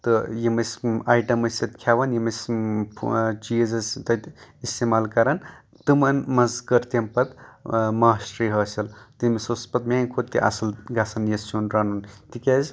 تہٕ ی یِم اسہِ آیٹم ٲسۍ اتہِ کھٮ۪وان یِم أسۍ چیٖز أسۍ تَتہِ ٲسۍ اِستعمال کَران تِمن منٛز کٔر تٔمۍ پَتہٕ ماسٹری حٲصِل تٔمِس ٲس پَتہٕ میٲنہِ کھۄتہٕ تہِ اَصٕل گژھان یہِ سیُن رَنُن تِکیٚازِ